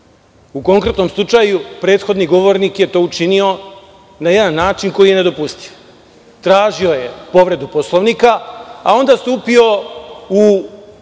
konkretnom slučaju prethodni govornik je to učinio na jedan način koji je nedopustiv. Tražio je povredu Poslovnika, a onda stupio u oštru